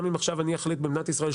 גם אם עכשיו אני אחליט במדינת ישראל,